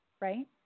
right